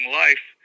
life